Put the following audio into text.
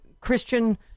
Christian